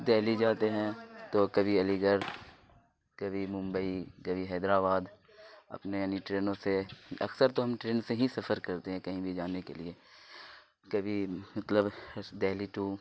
دہلی جاتے ہیں تو کبھی علی گڑھ کبھی ممبئی کبھی حیدرآباد اپنے یعنی ٹرینوں سے اکثر تو ہم ٹرین سے ہی سفر کرتے ہیں کہیں بھی جانے کے لیے کبھی مطلب دہلی ٹو